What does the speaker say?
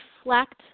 reflect